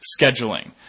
scheduling